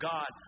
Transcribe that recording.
God